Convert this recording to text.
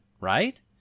right